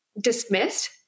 dismissed